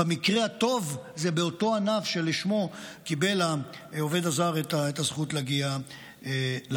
ובמקרה הטוב זה באותו ענף שלשמו קיבל העובד הזר את הזכות להגיע לארץ.